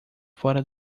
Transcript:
fora